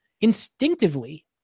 instinctively